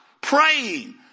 praying